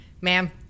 ma'am